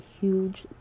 huge